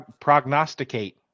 prognosticate